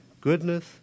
goodness